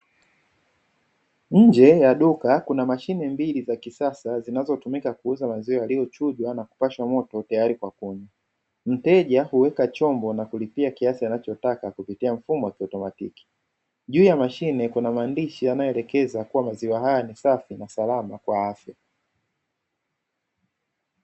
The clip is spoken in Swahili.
Nje ya duka kuna mashine mbili za kisasa zinazotumika kuuza maziwa yaliyochujwa na kupashwa moto tayari kwa kunywa, mteja huweka chombo na kulipia kiasi anachotaka kupitia mfumo wa kiutomatiki, juu ya mashine kuna maandishi yanayoelekeza kuwa maziwa haya ni safi na salama kwa afya.